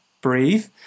breathe